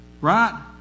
right